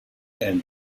and